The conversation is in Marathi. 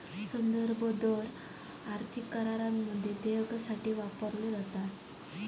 संदर्भ दर आर्थिक करारामध्ये देयकासाठी वापरलो जाता